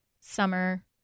summer